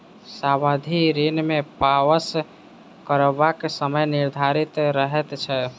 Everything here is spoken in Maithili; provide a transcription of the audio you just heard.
सावधि ऋण मे वापस करबाक समय निर्धारित रहैत छै